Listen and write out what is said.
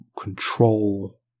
control